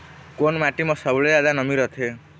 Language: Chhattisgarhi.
कोन माटी म सबले जादा नमी रथे?